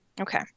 Okay